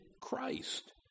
Christ